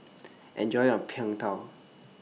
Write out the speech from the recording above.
Enjoy your Png Tao